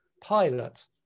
pilot